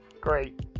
great